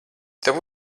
tev